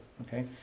okay